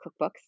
cookbooks